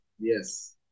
Yes